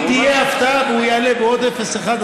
אם תהיה הפתעה והוא יעלה בעוד 0.1%,